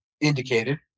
indicated